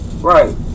Right